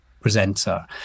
presenter